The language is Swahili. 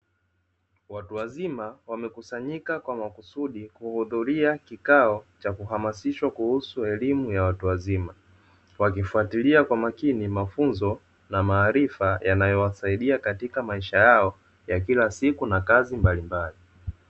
Watu wazima wamekusanyika kwa makusudi kuudhulia kikao cha kuhamasisha elimu ya watu wazima, wakifatalia kwa makini mafunzo na maarifa yanayo wasaidia katika maisha yao ya kila siku na kazi mbalimbali.